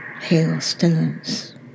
hailstones